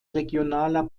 regionaler